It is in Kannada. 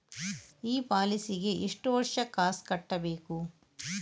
ಈ ಪಾಲಿಸಿಗೆ ಎಷ್ಟು ವರ್ಷ ಕಾಸ್ ಕಟ್ಟಬೇಕು?